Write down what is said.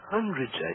Hundreds